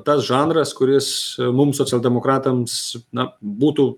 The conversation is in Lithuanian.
tas žanras kuris mums socialdemokratams na būtų